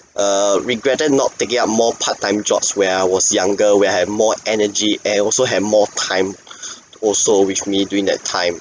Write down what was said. err regretted not taking up more part-time jobs when I was younger when I had more energy and also have more time also with me during that time